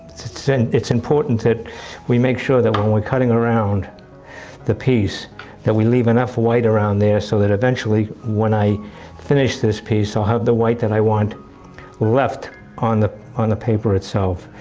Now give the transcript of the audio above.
it's it's and important that we make sure that when we're cutting around the piece that we leave enough white around there, so that eventually when i finish this piece i'll have the white that i want left on the on the paper itself.